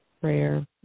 prayer